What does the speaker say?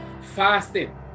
fasting